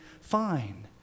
fine